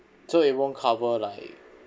so it won't cover like